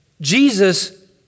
Jesus